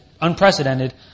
unprecedented